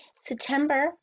September